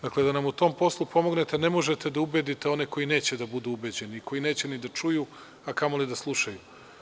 Dakle, da nam u tom poslu pomognete, a ne možete da ubedite one koji neće da budu ubeđeni i koji neće ni da čuju, a kamoli da slušaju.